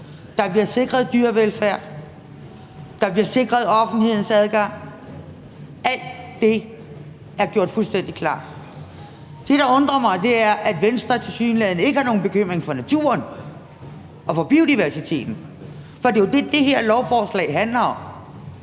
af ministeren. Dyrevelfærden bliver sikret, offentlighedens adgang bliver sikret. Alt det er gjort fuldstændig klart. Det, der undrer mig, er, at Venstre tilsyneladende ikke har nogen bekymring for naturen og for biodiversiteten, for det er jo det, det her lovforslag handler om: